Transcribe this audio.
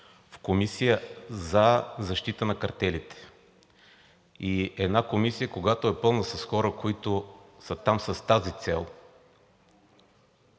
в комисия за защита на картелите. И една комисия, когато е пълна с хора, които са там с тази цел,